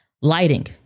Lighting